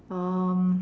um